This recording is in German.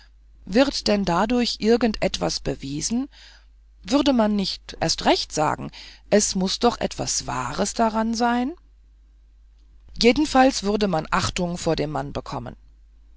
wird denn dadurch irgend etwas bewiesen würde man nicht erst recht sagen es muß doch etwas wahres dran sein jedenfalls würde man achtung vor dem mann bekommen